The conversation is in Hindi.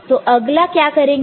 तो अगला क्या करेंगे